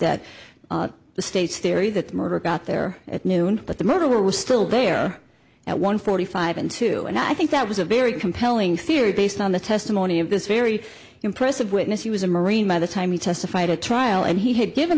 that the state's theory that the murder got there at noon but the murder was still there at one forty five and two and i think that was a very compelling theory based on the testimony of this very impressive witness he was a marine by the time he testified at trial and he had given